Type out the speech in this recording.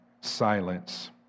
silence